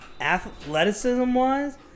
athleticism-wise